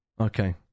okay